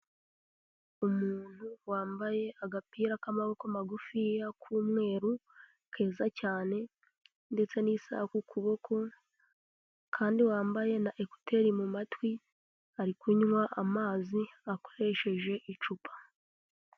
Umuntu wambaye agapira k'amaboko magufiya k'umweru, keza cyane, ndetse n'isaku kuboko kandi wambaye na ekuteri mu matwi, ari kunywa amazi akoresheje icupa.